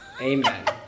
Amen